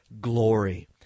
glory